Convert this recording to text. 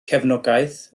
cefnogaeth